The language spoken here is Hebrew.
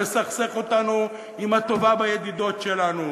לסכסך אותנו עם הטובה בידידות שלנו?